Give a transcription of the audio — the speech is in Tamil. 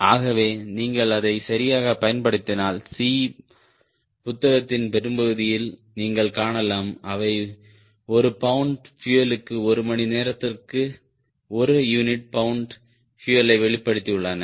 ஆகவே நீங்கள் அதை சரியாகப் பயன்படுத்தினால் C புத்தகத்தின் பெரும்பகுதியில் நீங்கள் காணலாம் அவை ஒரு பவுண்டு பியூயலுக்கு ஒரு மணி நேரத்திற்கு ஒரு யூனிட் பவுண்டு பியூயலை வெளிப்படுத்தியுள்ளன